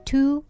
Two